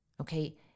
okay